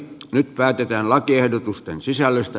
nyt päätetään lakiehdotusten sisällöstä